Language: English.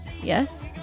Yes